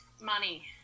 Money